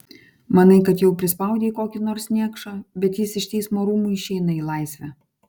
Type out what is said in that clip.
manai kad jau prispaudei kokį nors niekšą bet jis iš teismo rūmų išeina į laisvę